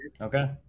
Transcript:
Okay